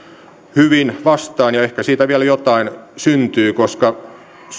hyvin vastaan ja ehkä siitä vielä jotain syntyy koska